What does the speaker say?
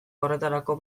horretarako